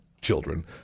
children